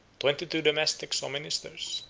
twenty-two domestics or ministers,